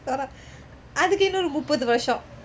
அதுக்கு இன்னும் ஒரு முப்பது வருஷம்:athuku innum oru mupathu varusham